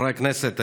חברי הכנסת,